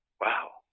Wow